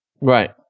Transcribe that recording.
Right